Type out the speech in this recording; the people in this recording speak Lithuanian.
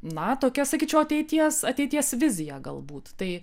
na tokia sakyčiau ateities ateities vizija galbūt tai